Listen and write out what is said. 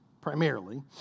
primarily